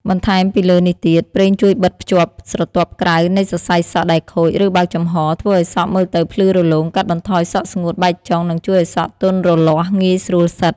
បន្ថែមពីលើនេះទៀត ប្រេងជួយបិទភ្ជាប់ស្រទាប់ក្រៅនៃសរសៃសក់ដែលខូច ឬបើកចំហ ធ្វើឲ្យសក់មើលទៅភ្លឺរលោង កាត់បន្ថយសក់ស្ងួត បែកចុង និងជួយឲ្យសក់ទន់រលាស់ ងាយស្រួលសិត។